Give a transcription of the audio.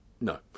No